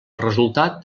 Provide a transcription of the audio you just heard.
resultat